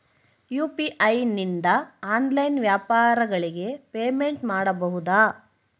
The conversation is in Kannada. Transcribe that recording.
ಯು.ಪಿ.ಐ ನಿಂದ ಆನ್ಲೈನ್ ವ್ಯಾಪಾರಗಳಿಗೆ ಪೇಮೆಂಟ್ ಮಾಡಬಹುದಾ?